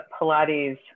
Pilates